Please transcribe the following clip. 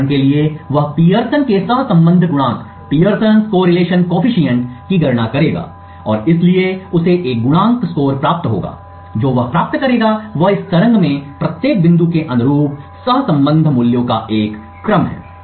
उदाहरण के लिए वह पियर्सन के सहसंबंध गुणांक Pearson's correlation coefficient की गणना करेगा और इसलिए उसे एक गुणांक स्कोर प्राप्त होगा जो वह प्राप्त करेगा वह इस तरंग में प्रत्येक बिंदु के अनुरूप सहसंबंध मूल्यों का एक क्रम है